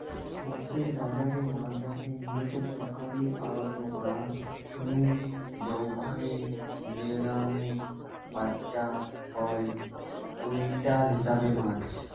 মাছের বাজারে মাছ আসে মুলত সরকারী আড়ত গা নু জউখানে নিলামে ব্যাচা হয় কুইন্টাল হিসাবে মাছ